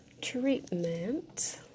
Treatment